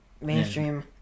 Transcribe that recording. mainstream